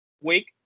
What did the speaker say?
week